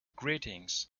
greetings